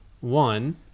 one